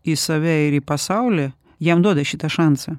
į save ir į pasaulį jam duoda šitą šansą